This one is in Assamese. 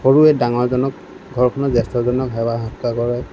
সকলোৱে ডাঙৰজনক ঘৰখনৰ জ্যেষ্ঠজনক সেৱা সৎকাৰ কৰে